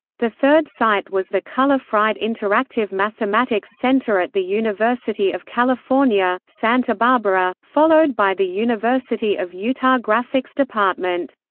the third site was the culler-fried interactive mathematics center at the university of california, santa barbara, followed by the university of utah graphics department.